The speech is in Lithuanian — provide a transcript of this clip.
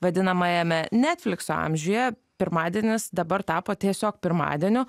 vadinamajame netflikso amžiuje pirmadienis dabar tapo tiesiog pirmadieniu